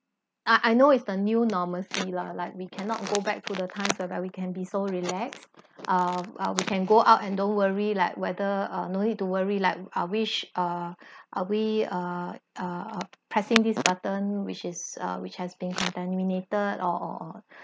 I I know is the new normalcy lah like we cannot go back to the times whereby we can be so relaxed uh uh we can go out and don't worry like whether uh no need to worry like I wish uh are we uh uh pressing this button which is uh which has been contaminated or or or